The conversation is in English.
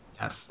Yes